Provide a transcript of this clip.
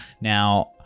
now